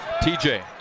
TJ